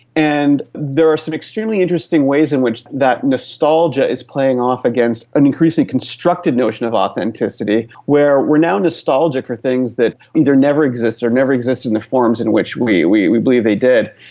and there are some extremely interesting ways in which that nostalgia is playing off against an increasing constructed notion of authenticity where we are now nostalgic for things that either never existed or never existed in the forms in which we we believe they did,